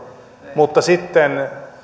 mutta sitten